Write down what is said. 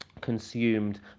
consumed